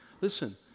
Listen